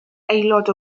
aelod